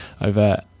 over